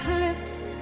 Cliffs